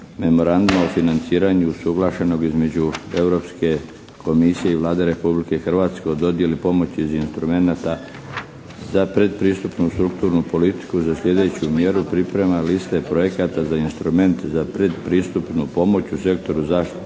Memoranduma o financiranju usuglašenog između Europske komisije i Vlade Republike Hrvatske o dodjeli pomoći iz instrumenta za pretpristupnu strukturnu politiku za sljedeću mjeru: pripreme liste projekata za instrument za pretpristupnu pomoć zaštite